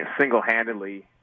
single-handedly